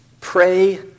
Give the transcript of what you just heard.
Pray